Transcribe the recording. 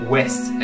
West